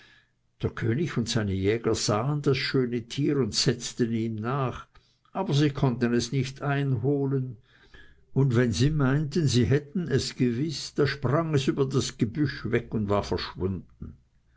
der könig und seine jäger sahen das schöne tier und setzten ihm nach aber sie konnten es nicht einholen und wenn sie meinten sie hätten es gewiß da sprang es über das gebüsch weg und war verschwunden